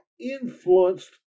influenced